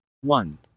one